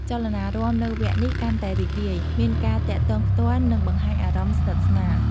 ចលនារាំនៅវគ្គនេះកាន់តែរីករាយ មានការទាក់ទងផ្ទាល់ និងបង្ហាញអារម្មណ៍ស្និទ្ធស្នាល។